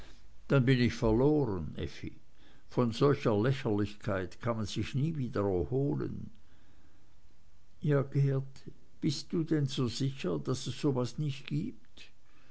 dann bin ich verloren effi von solcher lächerlichkeit kann man sich nie wieder erholen ja geert bist du denn so sicher daß es so was nicht gibt